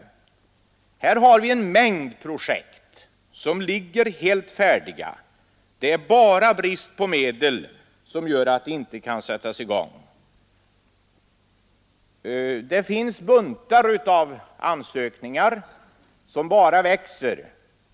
På det området finns en mängd projekt, som ligger helt färdiga. Det är bara brist på medel som gör att de inte kan sättas i gång. Det finns buntar av ansökningar, som bara växer.